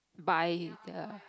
buy ya